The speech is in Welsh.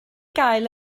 gael